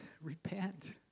repent